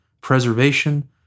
preservation